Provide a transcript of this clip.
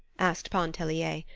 asked pontellier,